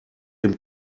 dem